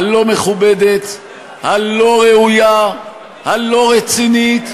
הלא-מכובדת, הלא-ראויה, הלא-רצינית,